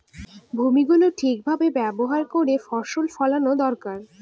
ভূমি গুলো ঠিক ভাবে ব্যবহার করে ফসল ফোলানো দরকার